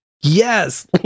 yes